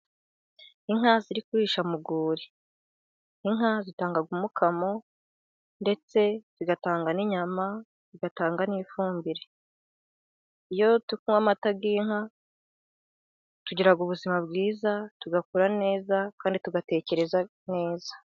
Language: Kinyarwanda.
Inka ziri kurisha mu rwuri, inka zitanga umukamo ndetse zigatanga n'inyama zigatanga n'ifumbire, iyo tunywa amata y'inka, tugira ubuzima bwiza tugakura neza, kandi tugatekereza neza.